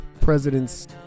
President's